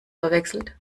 verwechselt